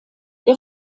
der